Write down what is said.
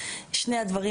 שני הדברים,